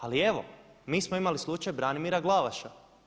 Ali evo, mi smo imali slučaj Branimira Glavaša.